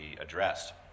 addressed